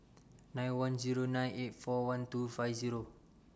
nine one Zero nine eight four one two five Zero